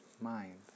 mind